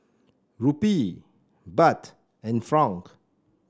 Rupee Baht and franc